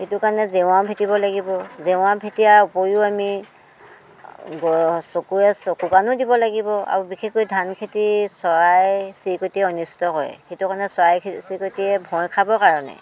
সেইটো কাৰণে জেওৰা ভেঁটিব লাগিব জেওৰা ভেঁটাৰ উপৰিও আমি চকুৱে চকু কাণো দিব লাগিব আৰু বিশেষকৈ ধান খেতি চৰাই চিৰিকতিয়ে অনিষ্ট কৰে সেইটো কাৰণে চৰাই চিৰিকতিয়ে ভয় খাবৰ কাৰণে